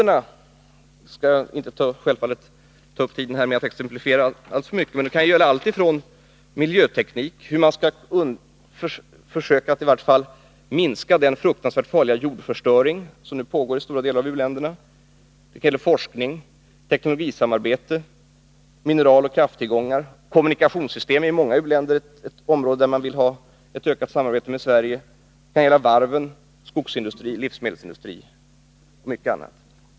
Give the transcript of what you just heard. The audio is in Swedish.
Nu skall jag självfallet inte ta upp tiden med att exemplifiera alltför mycket, men det kan gälla allt ifrån miljöteknik — hur man skall försöka att i vart fall minska den fruktansvärt farliga jordförstöring som nu pågår i stora delar av u-länderna —, forskning, teknologisamarbete, mineraloch krafttillgångar, kommunikationssystem — som är ett område där man i många u-länder vill ha ett ökat samarbete med Sverige —, till varvsindustri, skogsindustri, livsmedelsindustri och mycket annat.